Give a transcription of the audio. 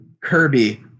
Kirby